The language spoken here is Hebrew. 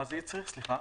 מה זה הצריך, סליחה?